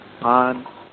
on